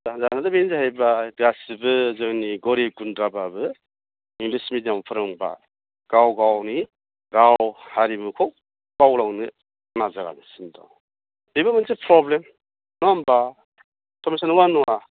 जाहोनानो बेनो जाहैबाय गासिबो जोंनि गरिब गुन्द्राबाबो इंग्लिस मेडियाम फोरोंबा गाव गावनि राव हारिमुखौ बावलांनो नाजागासिनो दं बेबो मोनसे प्रब्लेम नङा होम्बा नंगौ ना नङा